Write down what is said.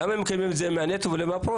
למה הם מקבלים את זה מהנטו ולא מהברוטו?